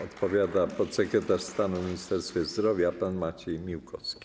Odpowiada podsekretarz stanu w Ministerstwie Zdrowia pan Maciej Miłkowski.